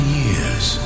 years